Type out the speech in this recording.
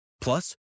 Plus